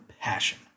passion